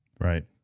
Right